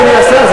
אדוני השר,